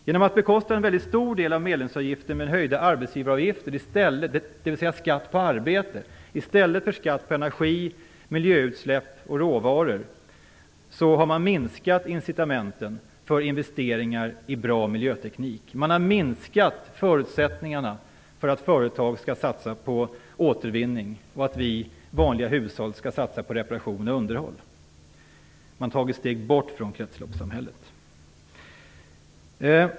Genom att bekosta en väldigt stor del av medlemsavgiften med höjda arbetsgivaravgifter - dvs. med skatt på arbete - i stället för med skatt på energi, miljöutsläpp och råvaror har man minskat incitamenten för investeringar i bra miljöteknik. Man har minskat förutsättningarna för att företag skall satsa på återvinning och för att vanliga hushåll skall satsa på reparation och underhåll. Man tar ett steg bort från kretsloppssamhället.